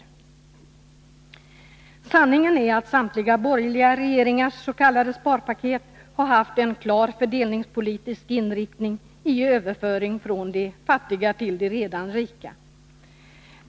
Upphävande av Sanningen är att samtliga borgerliga regeringars s.k. sparpaket har haften — beslutet om klar fördelningspolitisk inriktning på överföring från de fattiga till de redan karensdagar, rika.